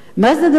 מה זה הדבר הזה?